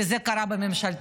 כי זה קרה בממשלתו.